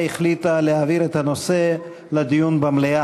החליטה להעביר את הנושא לדיון במליאה.